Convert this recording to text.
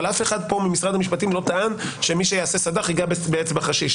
אבל אף אחד פה במשרד המשפטים לא טען שמי שיעשה סד"ח ייגע באצבע חשיש.